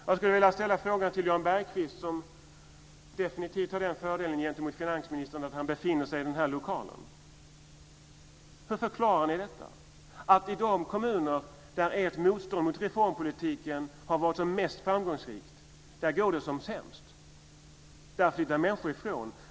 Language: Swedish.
Jag skulle vilja ställa frågan till Jan Bergqvist, som definitivt har den fördelen gentemot finansministern att han befinner sig i den här lokalen: Hur förklarar ni att det i de kommuner där ert motstånd mot reformpolitiken har varit som mest framgångsrikt går som sämst, människor flyttar därifrån?